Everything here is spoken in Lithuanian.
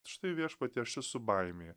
štai viešpatie aš esu baimė